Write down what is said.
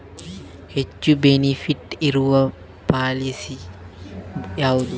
ಹೆಚ್ಚು ಬೆನಿಫಿಟ್ ಇರುವ ಪಾಲಿಸಿ ಯಾವುದು?